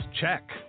check